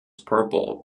purple